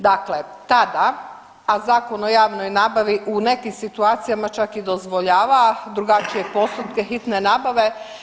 Dakle, tada, a Zakon o javnoj nabavi u nekim situacijama čak i dozvoljava drugačije postupke hitne nabave.